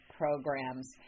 programs